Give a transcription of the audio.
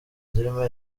zirimo